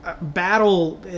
battle